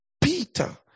Peter